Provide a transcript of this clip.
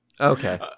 Okay